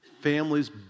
families